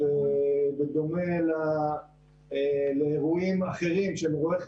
ובדומה לאירועים אחרים שהם אירועי חירום,